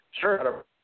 Sure